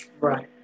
Right